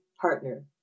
partner